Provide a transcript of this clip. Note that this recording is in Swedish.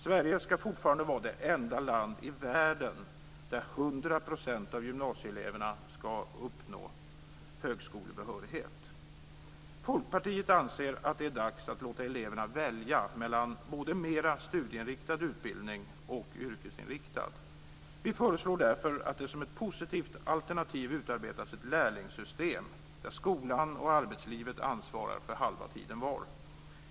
Sverige ska fortfarande vara det enda land i världen där 100 % av gymnasieeleverna ska uppnå högskolebehörighet. Folkpartiet anser att det är dags att låta eleverna välja mellan både mera studieinriktad utbildning och yrkesinriktad utbildning. Vi föreslår därför att det som ett positivt alternativ utarbetas ett lärlingssystem, där skolan och arbetslivet ansvarar för halva tiden var.